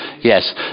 Yes